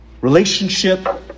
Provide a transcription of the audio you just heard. relationship